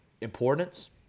importance